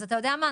אז את היודע מה,